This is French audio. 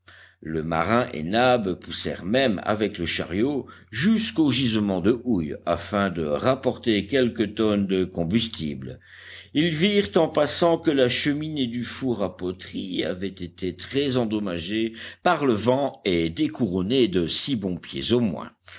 le marin et nab poussèrent même avec le chariot jusqu'au gisement de houille afin de rapporter quelques tonnes de combustible ils virent en passant que la cheminée du four à poteries avait été très endommagée par le vent et découronnée de six bons pieds au moins